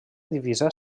divisa